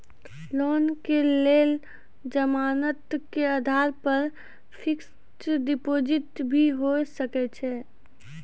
Loan के लेल जमानत के आधार पर फिक्स्ड डिपोजिट भी होय सके छै?